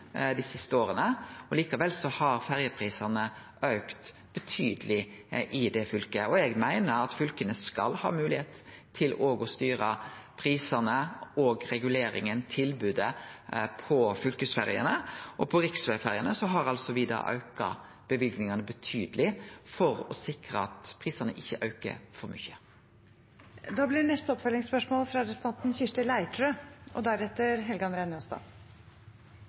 dei siste åra. Likevel har ferjeprisane auka betydeleg i det fylket, og eg meiner at fylka skal ha moglegheit til å styre prisane, reguleringa og tilbodet på fylkesferjene. På riksvegferjene har me altså auka løyvingane betydeleg for å sikre at prisane ikkje aukar for mykje. Kirsti Leirtrø – til oppfølgingsspørsmål. Kysten vår sliter. Det er der våre store eksportnæringer er. Rekruttering og